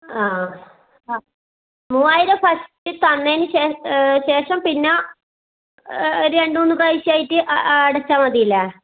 ആ ആ മൂവായിരം ഫസ്റ്റ് തന്നേന് ശേഷം ശേഷം പിന്നെ രണ്ടു മൂന്ന് പ്രവശ്യായിട്ട് അടച്ചാൽ മതിലേ